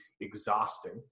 exhausting